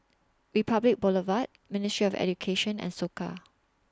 Republic Boulevard Ministry of Education and Soka